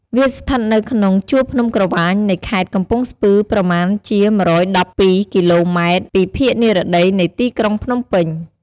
វាស្ថិតនៅក្នុង ជួរភ្នំក្រវាញ នៃខេត្តកំពង់ស្ពឺ ប្រមាណជា ១១២ គីឡូម៉ែត្រ ពីភាគនិរតីនៃទីក្រុងភ្នំពេញ។